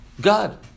God